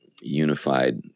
unified